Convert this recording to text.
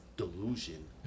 delusion